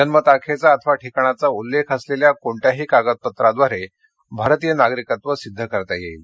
जन्मतारखेचा अथवा ठिकाणाचा उल्लेख असलेल्या कोणत्याही कागदपत्राद्वारे भारतीय नागरिकत्व सिद्ध करता येईल